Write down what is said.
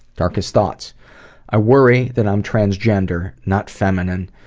darkest thoughts i worry that i'm transgender. not feminine.